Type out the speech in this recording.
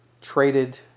traded